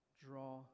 draw